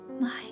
My